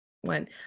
one